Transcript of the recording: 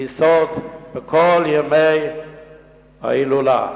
ולסעוד בכל ימי ההילולה.